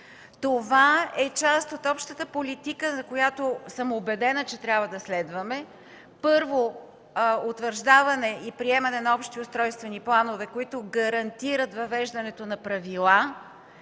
Това е част от общата политика, която съм убедена, че трябва да следваме: Първо, утвърждаване и приемане на общи устройствени планове, които гарантират въвеждането на правила,